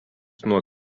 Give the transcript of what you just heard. nuo